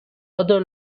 other